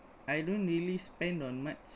I don't really spend on much